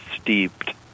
steeped